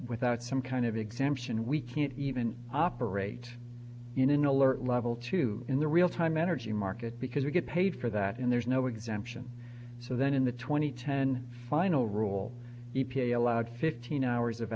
without some kind of exemption we can't even operate in an alert level to be in the real time energy market because we get paid for that and there's no exemption so then in the twenty ten final rule e p a allowed fifteen hours of